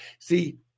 See